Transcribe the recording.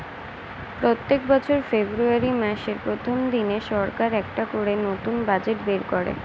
প্রত্যেক বছর ফেব্রুয়ারি মাসের প্রথম দিনে সরকার একটা করে নতুন বাজেট বের করে